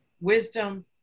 Wisdom